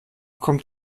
kommt